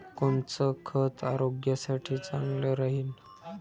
कोनचं खत आरोग्यासाठी चांगलं राहीन?